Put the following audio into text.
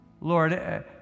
Lord